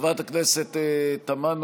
חברת הכנסת תמנו,